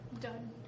Done